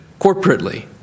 corporately